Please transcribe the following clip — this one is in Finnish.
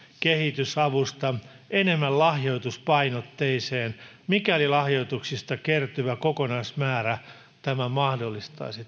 kehitysavusta enemmän lahjoituspainotteiseen mikäli lahjoituksista kertyvä kokonaismäärä tämän mahdollistaisi